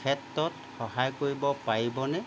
ক্ষেত্ৰত সহায় কৰিব পাৰিবনে